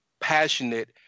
passionate